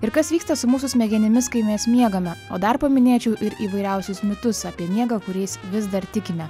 ir kas vyksta su mūsų smegenimis kai mes miegame o dar paminėčiau ir įvairiausius mitus apie miegą kuriais vis dar tikime